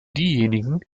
diejenigen